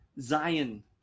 Zion